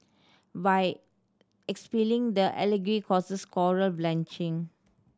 by expelling the algae causes coral bleaching